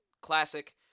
Classic